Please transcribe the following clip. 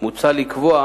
על כך מוצע לקבוע